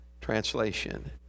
translation